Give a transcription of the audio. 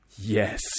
Yes